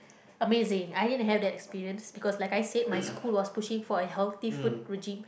amazing I did have that experience because like I said my school was pushing for a healthy food cuisine